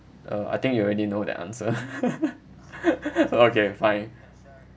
uh I think you already know the answer okay fine